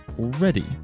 already